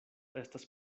estas